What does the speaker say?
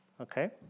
Okay